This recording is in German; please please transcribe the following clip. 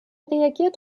reagiert